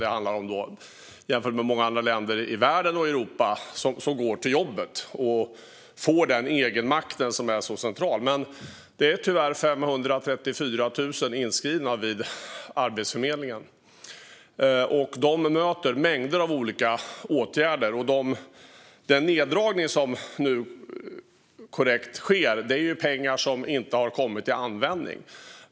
Vi är många, både män och kvinnor, kan man väl säga att det handlar om, som går till jobbet och får den egenmakt som är så central. Men det är tyvärr 534 000 inskrivna vid Arbetsförmedlingen. De möter mängder av olika åtgärder. Den neddragning som nu, korrekt, sker handlar om pengar som inte har kommit till användning.